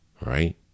right